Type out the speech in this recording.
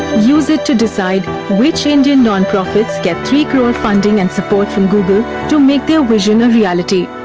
use it to decide which indian nonprofits get three crore funding and support from google to make their vision a reality.